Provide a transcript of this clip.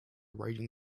raging